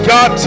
God